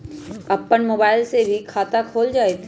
अपन मोबाइल से भी खाता खोल जताईं?